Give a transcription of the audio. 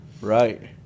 Right